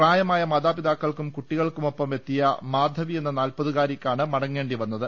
പ്രായ മായ മാതാപിതാക്കൾക്കും കൂട്ടികൾക്കുമൊപ്പം എത്തിയ മാധവിയെന്ന നാൽ പതുകാരിക്കാണ് മടങ്ങേണ്ടി വന്നത്